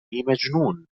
مجنون